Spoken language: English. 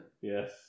Yes